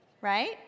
right